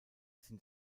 sind